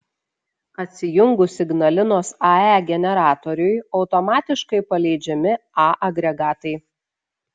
atsijungus ignalinos ae generatoriui automatiškai paleidžiami a agregatai